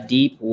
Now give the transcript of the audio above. Deep